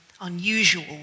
unusual